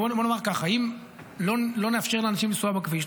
בואו נאמר ככה: אם לא נאפשר לאנשים לנסוע בכביש,